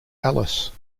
alice